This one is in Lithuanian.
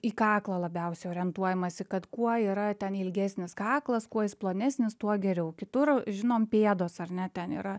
į kaklą labiausiai orientuojamasi kad kuo yra ten ilgesnis kaklas kuo jis plonesnis tuo geriau kitur žinom pėdos ar ne ten yra